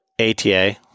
ATA